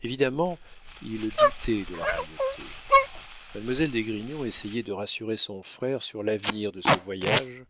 évidemment il doutait de la royauté mademoiselle d'esgrignon essayait de rassurer son frère sur l'avenir de ce voyage